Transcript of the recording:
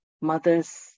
mother's